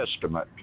testament